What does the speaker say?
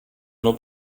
nur